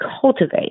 cultivate